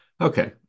Okay